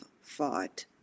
fought